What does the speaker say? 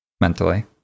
Mentally